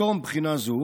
בתום בחינה זו